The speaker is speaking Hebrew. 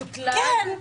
מקוטלג,